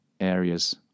areas